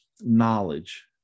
knowledge